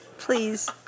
Please